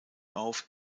auf